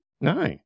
No